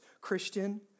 Christian